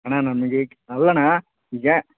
ಅಣ್ಣ ನನ್ಗೆ ಈಗ ಅಲ್ಲ ಅಣ್ಣ ಈಗ